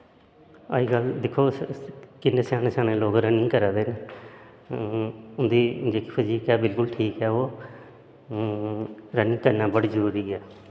अज्जकल दिक्खो तुस किन्ने स्याने स्याने लोक रनिंग करा दे न उन्दी जेह्की फजीक ऐ बिलकुल ठीक ऐ ओह् रनिंग करना बड़ी जरूरी ऐ